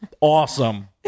awesome